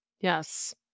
Yes